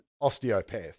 osteopath